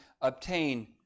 obtain